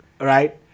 Right